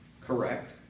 correct